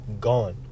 gone